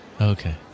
Okay